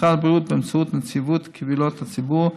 משרד הבריאות, באמצעות נציבות קבילות הציבור,